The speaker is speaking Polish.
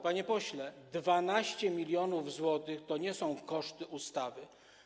Panie pośle, 12 mln zł to nie są koszty ustawy.